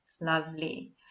Lovely